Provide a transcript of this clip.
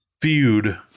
feud